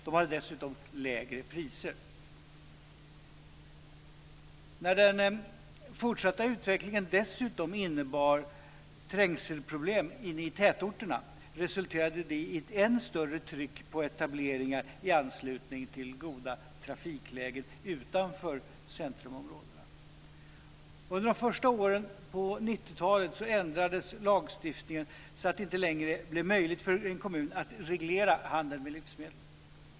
De hade dessutom lägre priser. När den fortsatta utvecklingen dessutom innebar trängselproblem inne i tätorterna resulterade det i ett än större tryck på etableringar i anslutning till goda trafiklägen utanför centrumområdena. Under de första åren på 90-talet ändrades lagstiftningen så att det inte längre blev möjligt för en kommun att reglera handel med livsmedel.